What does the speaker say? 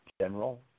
general